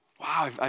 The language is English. Wow